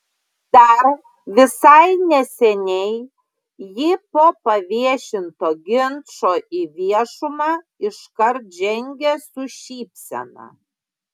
dar visai neseniai ji po paviešinto ginčo į viešumą iškart žengė su šypsena